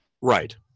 right